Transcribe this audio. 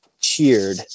cheered